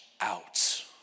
out